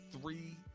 three